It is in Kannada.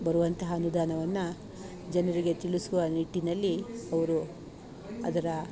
ಬರುವಂತಹ ಅನುದಾನವನ್ನು ಜನರಿಗೆ ತಿಳಿಸುವ ನಿಟ್ಟಿನಲ್ಲಿ ಅವರು ಅದರ